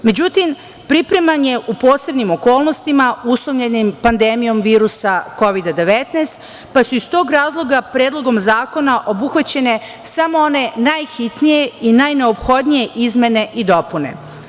Međutim, pripreman je u posebnim okolnostima uslovljenim pandemijom virusa Kovida-19, pa su iz tog razloga predlogom zakona obuhvaćene samo one najhitnije i najneophodnije izmene i dopune.